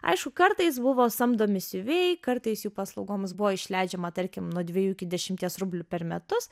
aišku kartais buvo samdomi siuvėjai kartais jų paslaugoms buvo išleidžiama tarkim nuo dviejų iki dešimties rublių per metus